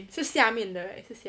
是下面的 right